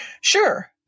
Sure